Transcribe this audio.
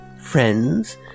Friends